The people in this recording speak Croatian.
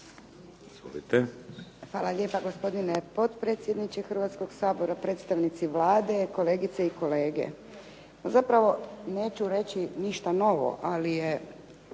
Hvala lijepa. Gospodine potpredsjedniče Hrvatskoga sabora, predstavnici Vlade, kolegice i kolege. Zapravo neću reći ništa novo ali je